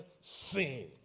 sin